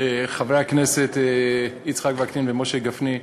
חברי הכנסת יצחק וקנין ומשה גפני,